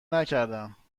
نکردم